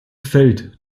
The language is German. feld